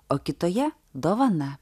o kitoje dovana